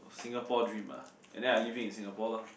Singapore dream ah and then I live it in Singapore lor